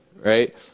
right